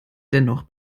dennoch